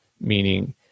meaning